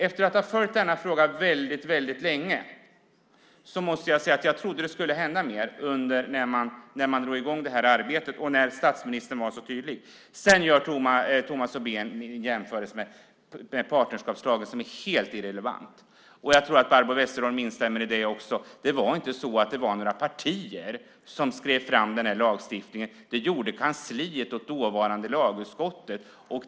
Efter att ha följt denna fråga väldigt länge måste jag säga att jag trodde att det skulle hända mer när man drog i gång arbetet och när statsministern var så tydlig. Tomas Tobé gör en jämförelse med partnerskapslagen som är helt irrelevant, och jag tror att även Barbro Westerholm instämmer i detta. Det var inga partier som skrev fram den lagstiftningen. Det gjorde kansliet och dåvarande lagutskottet.